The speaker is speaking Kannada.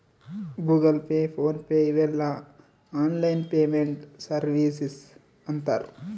ಗೂಗಲ್ ಪೇ ಫೋನ್ ಪೇ ಇವೆಲ್ಲ ಆನ್ಲೈನ್ ಪೇಮೆಂಟ್ ಸರ್ವೀಸಸ್ ಅಂತರ್